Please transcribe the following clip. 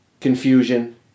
confusion